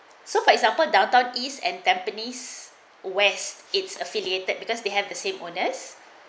so for example downtown east and tampines west it's affiliated because they have the same owners